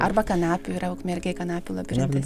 arba kanapių yra ukmergėj kanapių labirintas